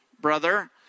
brother